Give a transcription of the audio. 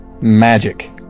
Magic